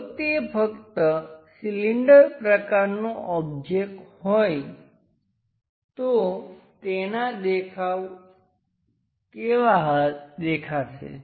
જો તે ફક્ત સિલિન્ડર પ્રકારનો ઓબ્જેક્ટ્સ હોય તો તેનાં દેખાવ કેવા દેખાશે